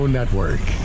Network